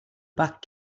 back